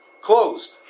closed